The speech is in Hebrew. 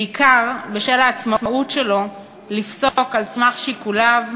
בעיקר בשל העצמאות שלו לפסוק על סמך שיקוליו,